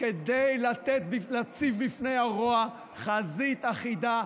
כדי להציב בפני הרוע חזית אחידה,